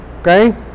Okay